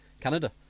Canada